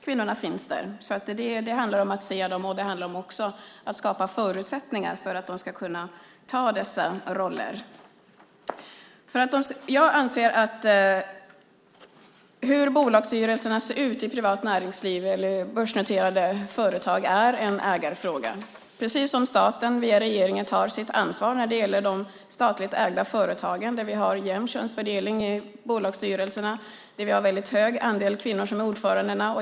Kvinnorna finns där, så det handlar om att se dem och om att skapa förutsättningar för att de ska kunna ta dessa roller. Hur bolagsstyrelserna ser ut i privat näringsliv eller börsnoterade företag anser jag vara en ägarfråga, precis som staten, via regeringen, tar sitt ansvar när det gäller de statligt ägda företagen, där vi har jämn könsfördelning i bolagsstyrelserna, där vi har en väldigt hög andel kvinnor som är ordförande.